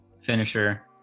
finisher